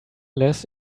less